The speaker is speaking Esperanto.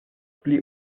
pli